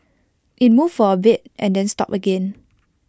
IT moved for A bit and then stopped again